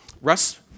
Russ